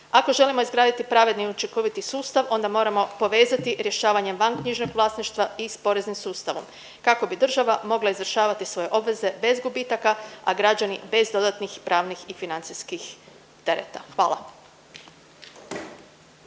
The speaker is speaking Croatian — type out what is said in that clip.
Ako želimo izgraditi pravedni i učinkoviti sustav onda moramo povezati rješavanje vanknjižnog vlasništva i s poreznim sustavom, kako bi država mogla izvršavati svoje obveze bez gubitaka, a građani bez dodatnih pravnih i financijskih tereta. Hvala.